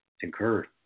incur